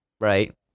right